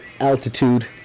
altitude